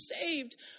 saved